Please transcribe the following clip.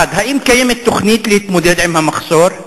1. האם קיימת תוכנית להתמודדות עם המחסור?